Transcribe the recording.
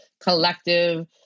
Collective